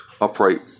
upright